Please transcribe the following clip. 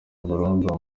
burundu